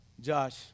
Josh